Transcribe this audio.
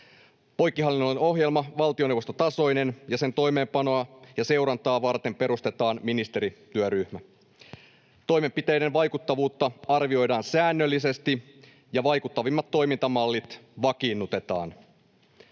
Poikkihallinnollinen ohjelma on valtioneuvostotasoinen, ja sen toimeenpanoa ja seurantaa varten perustetaan ministerityöryhmä. Toimenpiteiden vaikuttavuutta arvioidaan säännöllisesti, ja vaikuttavimmat toimintamallit vakiinnutetaan.